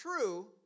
true